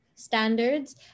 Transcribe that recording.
standards